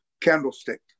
Candlestick